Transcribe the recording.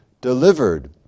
delivered